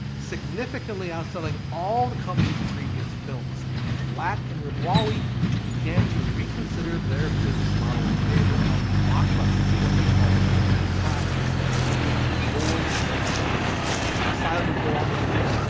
significantly outselling all their company's previous films latt and rimawi began to reconsider their business model in favor of mockbusters or what they called tie ins and boy did they tie in asylum would go on to produce.